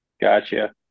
Gotcha